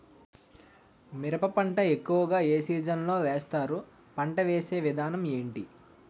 మిరప పంట ఎక్కువుగా ఏ సీజన్ లో వేస్తారు? పంట వేసే విధానం ఎంటి?